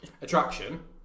Attraction